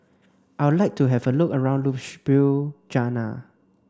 I would like to have a look around Ljubljana